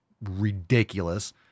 ridiculous